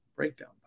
Breakdown